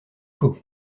chaud